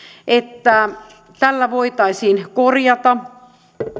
että tällä voitaisiin korjata